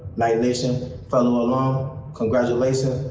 knight nation, fellow alum, congratulations,